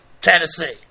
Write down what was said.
Tennessee